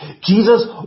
Jesus